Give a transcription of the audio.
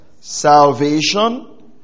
Salvation